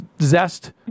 zest